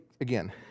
again